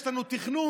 יש לנו תכנון.